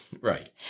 Right